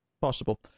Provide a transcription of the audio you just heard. Possible